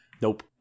Nope